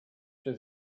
się